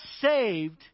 saved